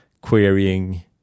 querying